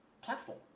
platform